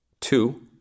two